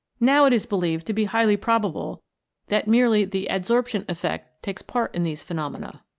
now it is believed to be highly probable that merely the adsorption effect takes part in these phenomena,